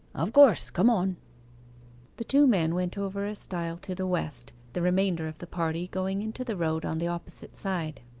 of course come on the two men went over a stile to the west, the remainder of the party going into the road on the opposite side.